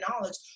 knowledge